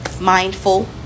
mindful